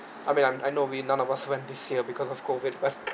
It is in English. I mean I'm I know we none of us went this year because of COVID